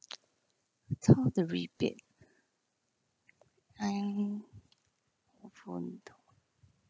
so the rebate